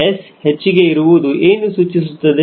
S ಹೆಚ್ಚಿಗೆ ಇರುವುದು ಏನು ಸೂಚಿಸುತ್ತದೆ